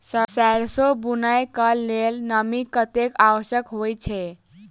सैरसो बुनय कऽ लेल नमी कतेक आवश्यक होइ छै?